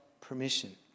permission